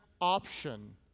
option